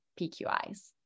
PQIs